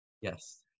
yes